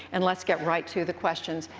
and let's get right to the questions.